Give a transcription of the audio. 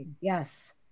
Yes